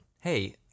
hey